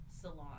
salon